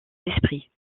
esprits